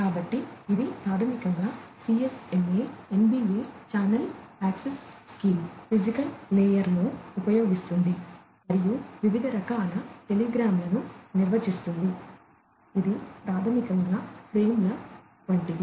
కాబట్టి ఇది ప్రాథమికంగా CSMA NBA ఛానల్ యాక్సెస్ స్కీమ్ను భౌతిక పొరలో ఉపయోగిస్తుంది మరియు వివిధ రకాల టెలిగ్రామ్లను నిర్వచిస్తుంది ఇది ప్రాథమికంగా ఫ్రేమ్ల వంటిది